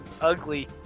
ugly